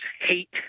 hate